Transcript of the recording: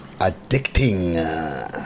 addicting